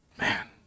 Man